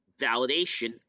validation